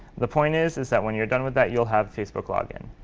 the point is is that when you're done with that, you'll have facebook login.